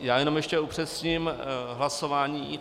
Já jenom ještě upřesním hlasování.